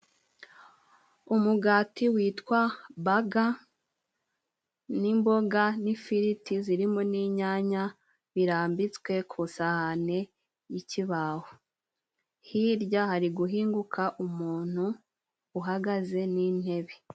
Umugati witwa baga n'imboga n'ifiriti zirimo n'inyanya birambitswe ku isahani y'ikibaho, hirya hari guhinguka umuntu uhagaze n'intebe.